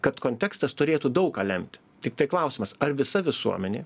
kad kontekstas turėtų daug ką lemti tiktai klausimas ar visa visuomenė